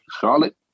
Charlotte